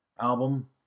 Album